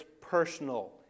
personal